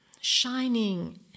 Shining